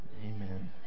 Amen